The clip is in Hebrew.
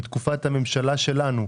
מתקופת הממשלה שלנו.